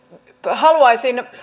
haluaisin